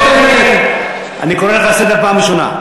חבר הכנסת מרגי, אני קורא אותך לסדר פעם ראשונה.